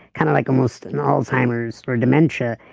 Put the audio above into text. kind of like almost an alzheimer's or dementia.